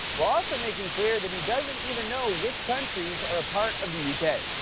while also making clear that he doesn't even know which countries are a part of the u k.